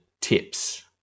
tips